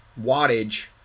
wattage